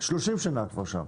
30 שנה שם,